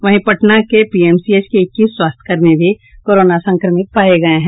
वहीं पटना के पीएमसीएच के इक्कीस स्वास्थ्यकर्मी भी कोरोना संक्रमित पाये गये हैं